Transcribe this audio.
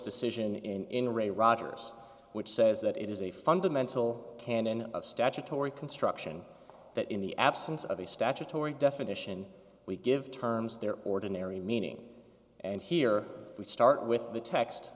decision in re rogers which says that it is a fundamental canon of statutory construction that in the absence of a statutory definition we give terms their ordinary meaning and here we start with the text